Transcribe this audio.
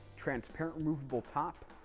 transparent removable top,